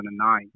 2009